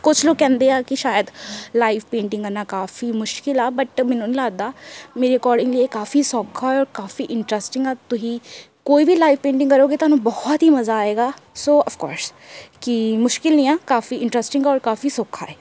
ਕੁਛ ਲੋਕ ਕਹਿੰਦੇ ਆ ਕਿ ਸ਼ਾਇਦ ਲਾਈਵ ਪੇਟਿੰਗ ਕਰਨਾ ਕਾਫੀ ਮੁਸ਼ਕਲ ਆ ਬਟ ਮੈਨੂੰ ਨਹੀਂ ਲੱਗਦਾ ਮੇਰੇ ਅਕੋਰਡਿੰਗਲੀ ਇਹ ਕਾਫੀ ਸੌਖਾ ਔਰ ਕਾਫੀ ਇੰਟਰਸਟਿੰਗ ਆ ਤੁਸੀਂ ਕੋਈ ਵੀ ਲਾਈਵ ਪੇਟਿੰਗ ਕਰੋਗੇ ਤੁਹਾਨੂੰ ਬਹੁਤ ਹੀ ਮਜ਼ਾ ਆਏਗਾ ਸੋ ਆਫ ਕੋਰਸ ਕਿ ਮੁਸ਼ਕਲ ਨਹੀਂ ਆ ਕਾਫੀ ਇੰਟਰਸਟਿੰਗ ਔਰ ਕਾਫੀ ਸੌਖਾ ਹੈ